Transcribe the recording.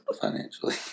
financially